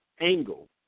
angle